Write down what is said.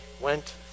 went